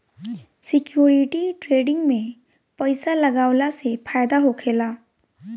security trading में पइसा लगावला से फायदा होखेला